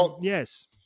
yes